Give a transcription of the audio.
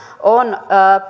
on